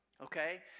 Okay